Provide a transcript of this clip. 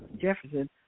Jefferson